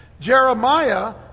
Jeremiah